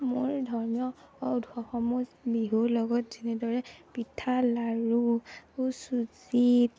মোৰ ধৰ্মীয় উৎসৱসমূহ বিহুৰ লগত যেনেদৰে পিঠা লাড়ু ও চুজি